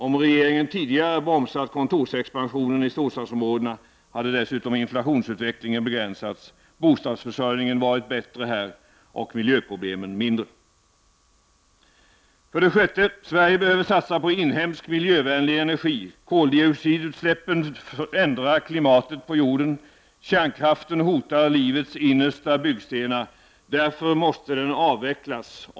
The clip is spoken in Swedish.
Om regeringen tidigare hade bromsat kontorsexpansionen i storstadsområdena, hade dessutom inflationsutvecklingen begränsats, bostadsförsörjningen varit bättre och miljöproblemen mindre. Sverige behöver satsa på inhemsk miljövänlig energi. Koldioxidutsläppen ändrar klimatet på jorden. Kärnkraften hotar livets innersta byggstenar. Därför måste den avvecklas.